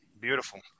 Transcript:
Beautiful